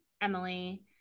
emily